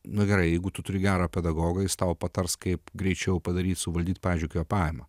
nu gerai jeigu tu turi gerą pedagogą jis tau patars kaip greičiau padaryt suvaldyt pavyzdžiui kvėpavimą